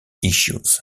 issues